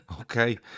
okay